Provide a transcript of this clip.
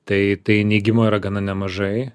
tai tai neigimo yra gana nemažai